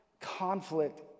conflict